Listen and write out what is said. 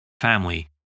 family